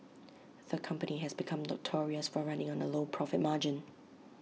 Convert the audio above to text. the company has become notorious for running on A low profit margin